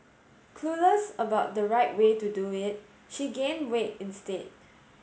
clueless about the right way to do it she gained weight instead